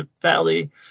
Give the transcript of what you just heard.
Valley